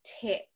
tip